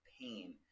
pain